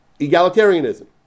egalitarianism